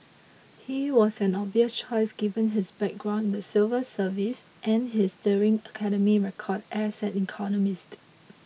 he was an obvious choice given his background in the civil service and his sterling academic record as an economist